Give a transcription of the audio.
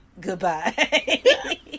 Goodbye